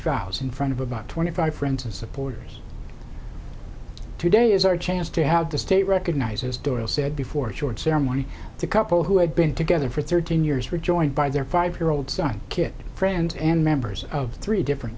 vows in front of about twenty five friends and supporters today is our chance to have the state recognizes durrell said before a short ceremony the couple who had been together for thirteen years were joined by their five year old son kid friends and members of the three different